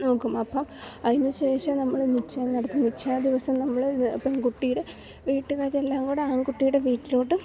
അപ്പം അതിനുശേഷം നമ്മൾ നിച്ഛയം നടത്തും നിച്ഛയ ദിവസം നമ്മൾ പെൺകുട്ടിയുടെ വീട്ടുകാരെല്ലാം കൂടെ ആൺകുട്ടിയുടെ വീട്ടിലോട്ട്